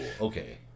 okay